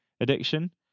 addiction